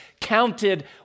counted